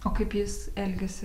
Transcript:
o kaip jis elgėsi